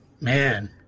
Man